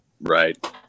Right